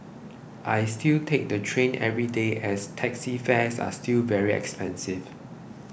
I still take the train every day as taxi fares are still very expensive